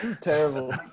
Terrible